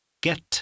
get